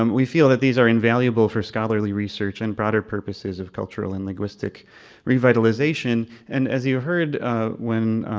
um we feel that these are invaluable for scholarly research and broader purposes of cultural and linguistic revitalization. and as you heard when